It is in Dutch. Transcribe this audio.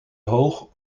hoog